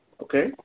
okay